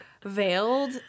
veiled